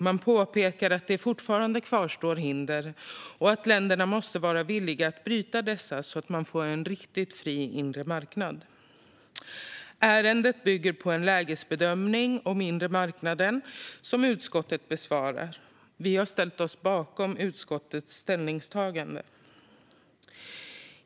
Man påpekar att det fortfarande kvarstår hinder och att länderna måste vara villiga att bryta dessa, så att man får en riktig fri inre marknad. Ärendet bygger på en lägesbedömning om den inre marknaden som utskottet har besvarat. Vi har ställt oss bakom utskottets ställningstagande.